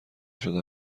شده